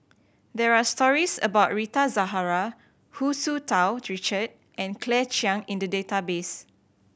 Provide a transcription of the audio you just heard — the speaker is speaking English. there are stories about Rita Zahara Hu Tsu Tau Richard and Claire Chiang in the database